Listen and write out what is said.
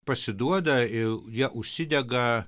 pasiduoda ir jie užsidega